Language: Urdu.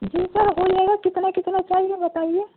جی سر ہو جائے گا کتنا کتنا چاہیے بتائیے